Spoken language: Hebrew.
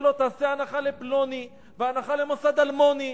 לו: תעשה הנחה לפלוני והנחה למוסד אלמוני,